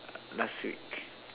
last week